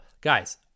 guys